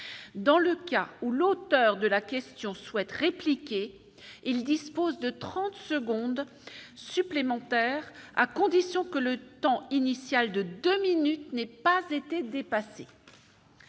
dans le cas où l'auteur de la question souhaite répliquer, il dispose de 30 secondes supplémentaires à condition que le temps initial de 2 minutes n'ait pas été dépassés.